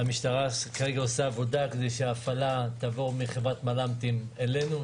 המשטרה כרגע עושה עבודה כדי שההפעלה תעבור מחברת מל"ם תים אלינו,